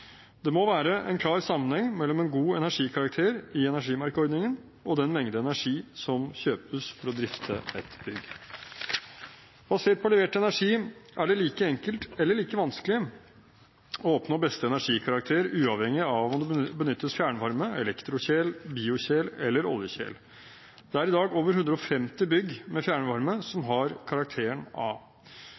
Det må være en klar sammenheng mellom en god energikarakter i energimerkeordningen og den mengde energi som kjøpes for å drifte et bygg. Basert på levert energi er det like enkelt – eller like vanskelig – å oppnå beste energikarakter uavhengig av om det benyttes fjernvarme, elektrokjel, biokjel eller oljekjel. Det er i dag over 150 bygg med fjernvarme som har karakteren A.